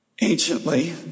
Anciently